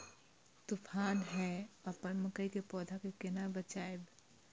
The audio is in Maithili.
तुफान है अपन मकई के पौधा के केना बचायब?